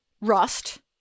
Rust